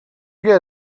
get